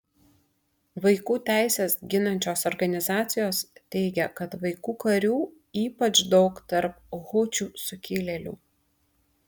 vaikų teises ginančios organizacijos teigia kad vaikų karių ypač daug tarp hučių sukilėlių